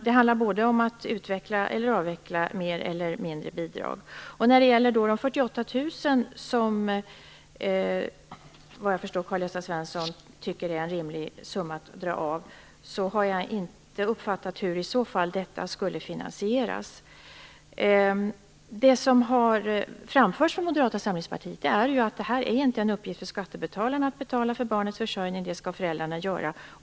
Det handlar både om att utveckla eller att avveckla mer eller mindre bidrag. När det gäller de 48 000 kronorna, som jag har förstått att Karl-Gösta Svenson tycker är en rimlig summa att dra av, har jag inte uppfattat hur finansieringen skulle gå till. Det som har framförts av Moderata samlingspartiet är att det inte är en uppgift för skattebetalarna att betala för barnens försörjning, utan det skall föräldrarna göra.